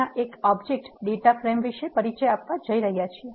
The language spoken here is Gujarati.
ના એક ઓબ્જેક્ટ ડેટા ફ્રેમ વિષે પરિચય આપવા જઈ રહ્યા છીએ